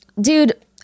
Dude